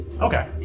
Okay